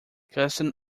custom